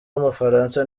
w’umufaransa